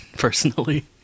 Personally